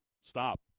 Stop